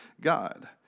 God